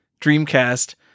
Dreamcast